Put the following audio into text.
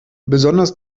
besonders